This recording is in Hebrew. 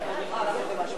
אה, זה משבר?